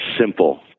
simple